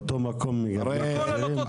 באתו מקום מגדלים חזירים?